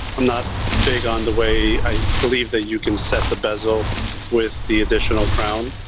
i'm not big on the way, i believe, that you can set the bezel with the additional crown.